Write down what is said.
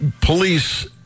police